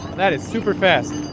that is super fast.